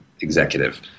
executive